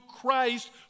Christ